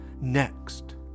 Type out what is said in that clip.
next